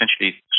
essentially